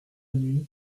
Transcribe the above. nuit